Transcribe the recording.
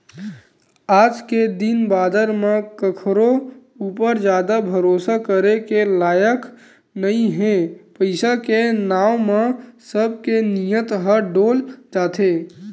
आज के दिन बादर म कखरो ऊपर जादा भरोसा करे के लायक नइ हे पइसा के नांव म सब के नियत ह डोल जाथे